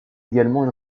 également